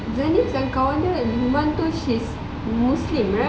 zennis yang kawan dia iman tu she's muslim right